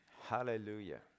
Hallelujah